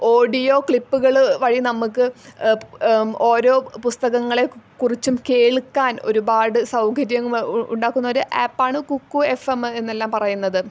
audio ക്ലിപ്പുകള് വഴി നമ്മൾ ക്ക് ഓരോ പുസ്തകങ്ങളെ കുറിച്ചും കേൾക്കാൻ ഒരുപാട് സൗകര്യങ്ങൾ ഉണ്ടാക്കുന്നൊരു ആപ്പാണ് കുക്കു എഫ് എമ്മ് എന്നെല്ലാം പറയുന്നത്